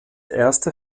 erste